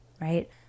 right